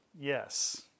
Yes